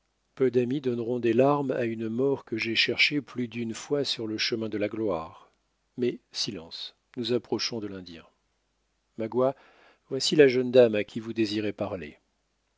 peu d'amis donneront des larmes à une mort que j'ai cherchée plus d'une fois sur le chemin de la gloire mais silence nous approchons de l'indien magua voici la jeune dame à qui vous désirez parler